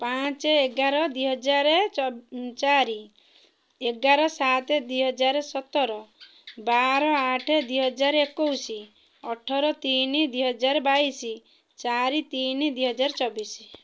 ପାଞ୍ଚେ ଏଗାର ଦୁଇ ହଜାର ଚାରି ଏଗାର ସାତ ଦୁଇ ହଜାର ସତର ବାର ଆଠ ଦୁଇ ହଜାର ଏକୋଇଶ ଅଠର ତିନି ଦୁଇ ହଜାର ବାଇଶ ଚାରି ତିନି ଦୁଇ ହଜାର ଚବିଶ